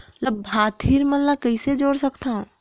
लाभार्थी मन ल कइसे जोड़ सकथव?